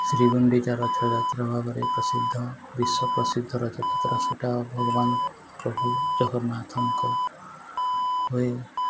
ଶ୍ରୀଗୁଣ୍ଡିଚା ରଥଯାତ୍ରା ଭାବରେ ପ୍ରସିଦ୍ଧ ବିଶ୍ୱ ପ୍ରସିଦ୍ଧ ରଥଯାତ୍ରା ସେଇଟା ଭଗବାନ ପ୍ରଭୁ ଜଗନ୍ନାଥଙ୍କ ହୁଏ